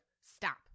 stop